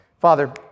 Father